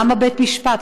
למה בית-משפט?